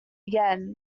again